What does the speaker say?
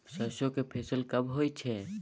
सरसो के फसल कब होय छै?